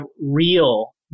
real